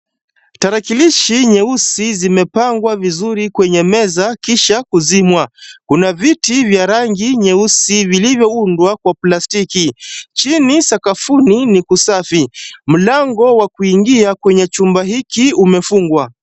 Tarakilishi nyeusi zimepangwa vizuri kwenye meza kisha kuzimwa. Kuna viti vya rangi nyeusi vilivyoundwa kwa plastiki. Chini sakafuni ni kusafi. Mlango wa kuingia kwenye chumba hiki umefungwa.